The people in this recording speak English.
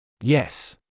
Yes